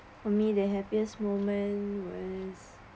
for me the happiest moment was